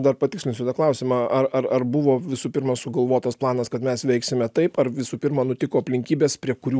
dar patikslinsiu tą klausimą ar ar ar buvo visų pirma sugalvotas planas kad mes veiksime taip ar visų pirma nutiko aplinkybės prie kurių